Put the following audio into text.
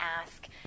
ask